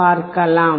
பார்க்கலாம்